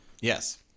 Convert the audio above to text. Yes